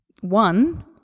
one